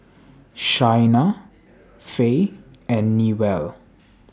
Shaina Fae and Newell